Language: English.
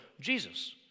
Jesus